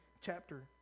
chapter